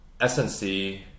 SNC